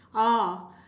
oh